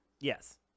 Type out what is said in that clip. yes